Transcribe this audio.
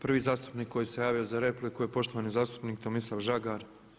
Prvi zastupnik koji se javio za repliku je poštovani zastupnik Tomislav Žagar.